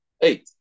Eight